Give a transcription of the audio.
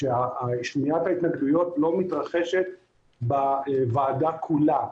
ששמיעת ההתנגדויות לא מתרחשת בוועדה כולה.